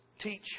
teach